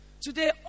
Today